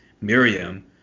Miriam